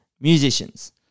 musicians